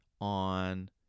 on